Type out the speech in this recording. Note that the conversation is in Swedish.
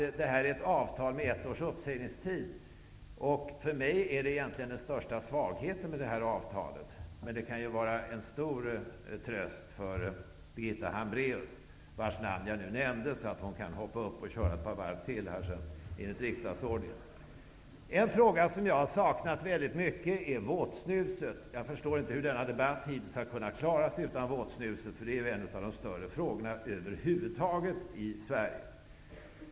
Det här är ett avtal med ett års uppsägningstid. För mig är det egentligen den största svagheten med avtalet, men det kan vara en stor tröst för Birgitta Hambraeus -- vars namn jag nu nämnde, så att hon kan hoppa upp och köra ett par varv till enligt riksdagsordningen. En fråga som jag har saknat mycket är våtsnuset. Jag förstår inte hur denna debatt hittills har kunnat klara sig utan våtsnuset, som är en av de större frågorna över huvud taget i Sverige.